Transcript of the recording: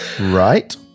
Right